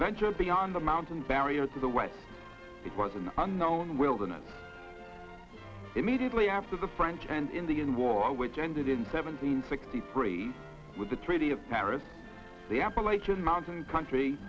venture beyond the mountain barrier to the west it was an unknown wilderness immediately after the french and indian war which ended in seven hundred sixty free with the treaty of paris the appalachian mountain country